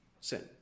sin